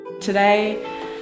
Today